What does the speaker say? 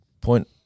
point